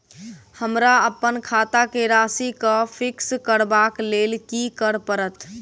हमरा अप्पन खाता केँ राशि कऽ फिक्स करबाक लेल की करऽ पड़त?